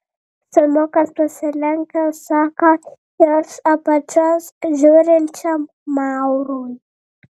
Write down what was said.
simukas pasilenkęs sako iš apačios žiūrinčiam maurui